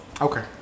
Okay